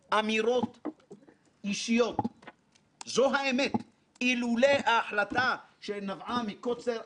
גם עיתונאי שמסקר יכול להבין דרך הדוח הזה היטב,